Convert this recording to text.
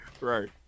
Right